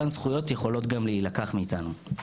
אותן זכויות יכולות גם להילקח מאיתנו.